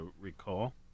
recall